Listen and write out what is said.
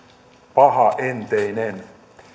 pahaenteinen